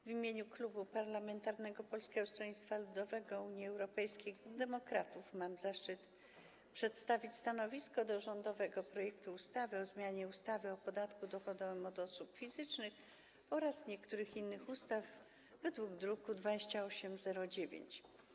W imieniu klubu parlamentarnego Polskiego Stronnictwa Ludowego - Unii Europejskich Demokratów mam zaszczyt przedstawić stanowisko wobec rządowego projektu ustawy o zmianie ustawy o podatku dochodowym od osób fizycznych oraz niektórych innych ustaw, druk nr 2809.